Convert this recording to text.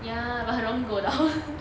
ya but 很容易 go down